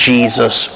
Jesus